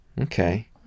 Okay